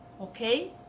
okay